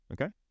Okay